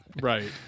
Right